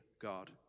God